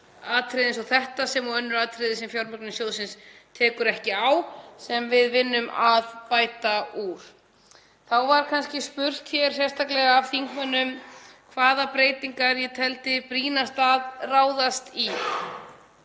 atriði eins og þetta sem og önnur atriði sem fjármögnun sjóðsins tekur ekki á sem við vinnum í að bæta úr. Þá var spurt hér sérstaklega af þingmönnum hvaða breytingar ég teldi brýnast að ráðast í